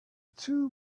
too